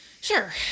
sure